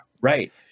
right